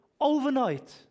overnight